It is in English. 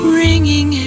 ringing